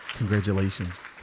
Congratulations